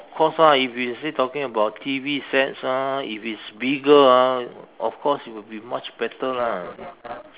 of course ah if you say talking about T_V sets ah if it's bigger of course it will be much better lah